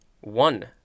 One